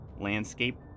landscape